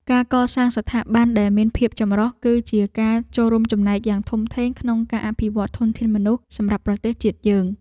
ការកសាងស្ថាប័នដែលមានភាពចម្រុះ គឺជាការចូលរួមចំណែកយ៉ាងធំធេងក្នុងការអភិវឌ្ឍធនធានមនុស្សសម្រាប់ប្រទេសជាតិយើង។